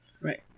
Right